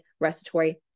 respiratory